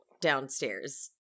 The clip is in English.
downstairs